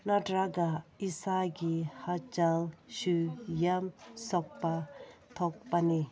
ꯅꯠꯇ꯭ꯔꯒ ꯏꯁꯥꯒꯤ ꯍꯛꯆꯥꯡꯁꯨ ꯌꯥꯝ ꯁꯣꯛꯄ ꯁꯣꯛꯄꯅꯤ